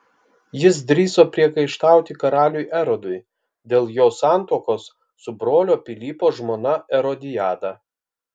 jis drįso priekaištauti karaliui erodui dėl jo santuokos su brolio pilypo žmona erodiada